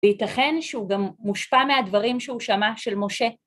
וייתכן שהוא גם מושפע מהדברים שהוא שמע של משה.